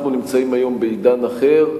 אנחנו נמצאים היום בעידן אחר,